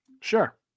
Sure